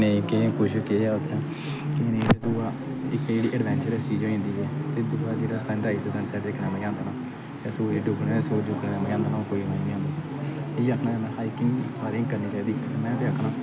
दूआ इक एडवैंचरस चीज होई जंदी ऐ त्रीआ जेह्ड़ा सनराइज ते सनसैट दिक्खने दा मजा आंदा जेह्ड़ा मजा सूरज उगगने दा आंदा ना ओह् कोई नीं आंदा में आखना हाइकिंग सारें करनी चाहिदी में ते आखना